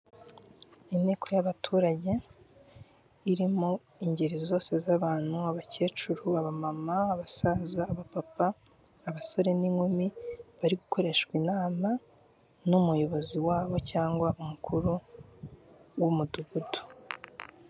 Inteko y'abaturage iri mu ingeri zose z'abantu abakecuru, abamama, abasaza, abapapa abasore n'inkumi bari gukoreshwa inama n'umuyobozi wabo cyangwa umukuru w'umudugudu.